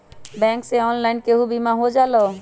Bank से online केहु बिमा हो जाईलु?